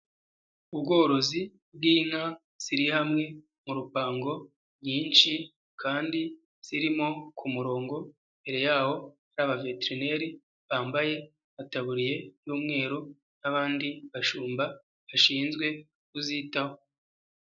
Ubworozi bw'inka ziri hamwe mu rupango nyinshi kandi zirimo ku murongo, imbere yaho hari abaveterineri bambaye amataburiya y'umweru n'abandi bashumba bashinzwe kuzitaho.